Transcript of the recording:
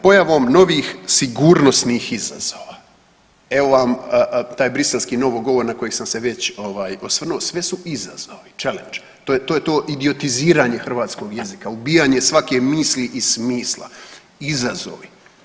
Pojavom novih sigurnosnih izazova, evo vam taj briselski novogovor na kojeg sam se već osvrnuo, sve su izazovi, chellenge, to je to idiotiziranje hrvatskog jezika, ubijanje svake misli i smisla, izazovi.